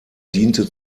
diente